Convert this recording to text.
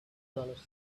dollars